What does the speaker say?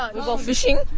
but we go fishing.